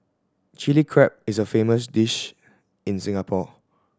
Chilli Crab is a famous dish in Singapore